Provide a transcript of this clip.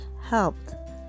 helped